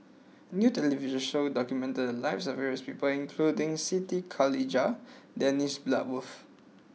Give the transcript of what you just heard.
a new television show documented the lives of various people including Siti Khalijah and Dennis Bloodworth